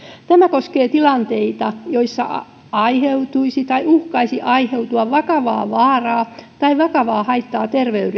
tämä koskee tilanteita joissa aiheutuisi tai uhkaisi aiheutua vakavaa vaaraa tai vakavaa haittaa terveydelle ja ympäristölle